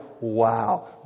wow